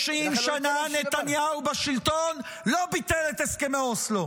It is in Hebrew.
30 שנה נתניהו בשלטון, ולא ביטל את הסכמי אוסלו.